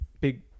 Big